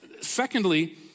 secondly